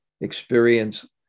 experience